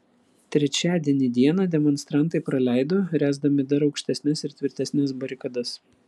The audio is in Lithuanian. trečiadienį dieną demonstrantai praleido ręsdami dar aukštesnes ir tvirtesnes barikadas